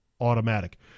automatic